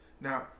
Now